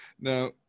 Now